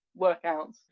workouts